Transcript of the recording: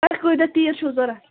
تۄہہِ کۭتیٛاہ تیٖر چھُو ضوٚرَتھ